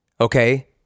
okay